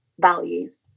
values